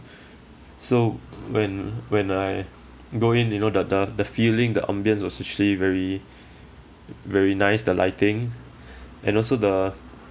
so when when I go in you know the the the feeling the ambience was actually very very nice the lighting and also the